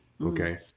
Okay